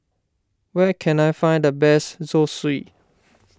where can I find the best Zosui